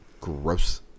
gross